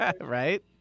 Right